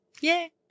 Yay